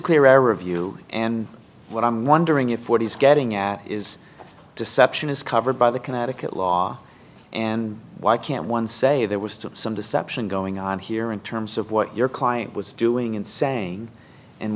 clear a review and what i'm wondering if what he's getting at is deception is covered by the connecticut law and why can't one say there was some deception going on here in terms of what your client was doing and saying and